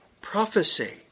prophecy